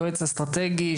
יועץ אסטרטגי,